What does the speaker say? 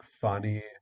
funny